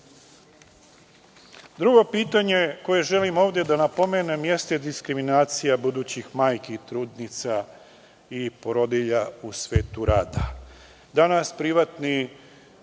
pitanje koje želim ovde da napomenem jeste diskriminacija budućih majki i trudnica i porodilja u svetu rada.